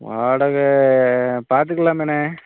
வாடகை பார்த்துக்கலாமேண்ணே